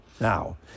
Now